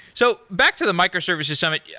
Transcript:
so back to the microservices summit. yeah